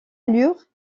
allures